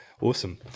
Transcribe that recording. Awesome